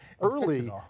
early